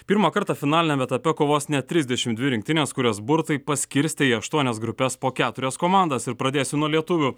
pirmą kartą finaliniame etape kovos net trisdešim dvi rinktinės kurias burtai paskirstė į aštuonias grupes po keturias komandas ir pradėsiu nuo lietuvių